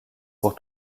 pour